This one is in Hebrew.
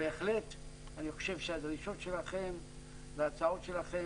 בהחלט אני חושב שהדרישות שלכם וההצעות שלכם